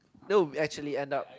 no we actually end up